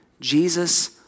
Jesus